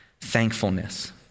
thankfulness